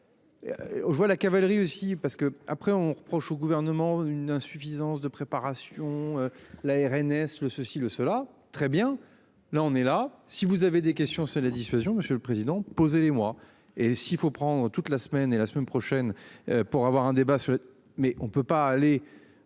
je vois la cavalerie aussi parce que après on reproche au gouvernement une insuffisance de préparation, la RNS, le ceci, le cela très bien là, on est là, si vous avez des questions, c'est la dissuasion. Monsieur le Président. Posez-les moi et s'il faut prendre toute la semaine et la semaine prochaine pour avoir un débat sur mais on ne peut pas aller,